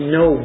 no